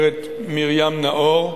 גברת מרים נאור,